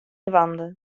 dwaande